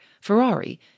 Ferrari